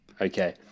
okay